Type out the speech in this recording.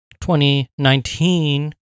2019